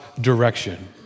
direction